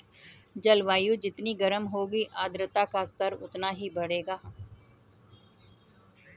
जलवायु जितनी गर्म होगी आर्द्रता का स्तर उतना ही बढ़ेगा